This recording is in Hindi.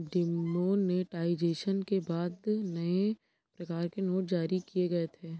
डिमोनेटाइजेशन के बाद नए प्रकार के नोट जारी किए गए थे